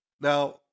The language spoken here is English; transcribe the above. Now